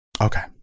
Okay